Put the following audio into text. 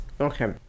Okay